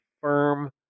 firm